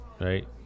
right